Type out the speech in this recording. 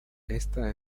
esta